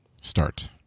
start